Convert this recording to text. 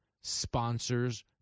sponsors